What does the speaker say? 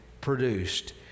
produced